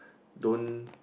don't